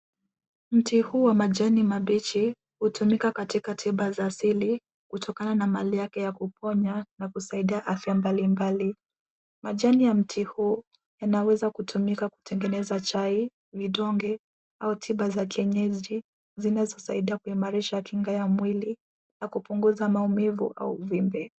Mti huu wa majani mabichi hutumika katika tiba za asili kutokana na mali yake ya kuponya na kusaidia afya mbalimbali. Majani ya mti huu yanaweza kutumika kutengeneza chai, vidonge au tiba za kienyeji zinazosaidia kuimarisha kinga ya mwili na kupunguza maumivu au uvimbe.